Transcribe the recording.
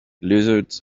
lizards